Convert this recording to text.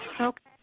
Okay